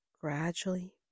gradually